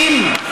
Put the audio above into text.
אם,